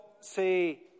say